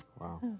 Wow